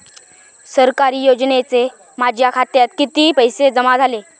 सरकारी योजनेचे माझ्या खात्यात किती पैसे जमा झाले?